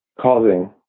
causing